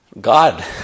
God